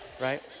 Right